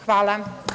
Hvala.